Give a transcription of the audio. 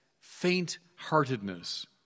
faint-heartedness